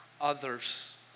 others